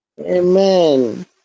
Amen